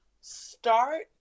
start